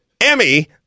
emmy